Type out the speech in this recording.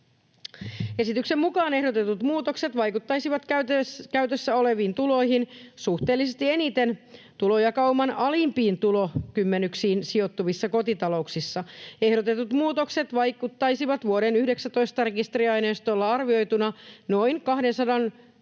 Esityksen mukaan ehdotetut muutokset vaikuttaisivat käytössä oleviin tuloihin suhteellisesti eniten tulojakauman alimpiin tulokymmenyksiin sijoittuvissa kotitalouksissa. Ehdotetut muutokset vaikuttaisivat vuoden 2019 rekisteriaineistoilla arvioituna noin 280 000